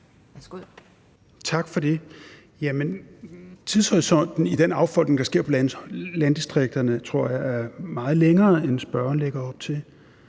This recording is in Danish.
Tak for det. Tidshorisonten i den affolkning, der sker i landdistrikterne, tror jeg er meget længere, end spørgeren lægger op til.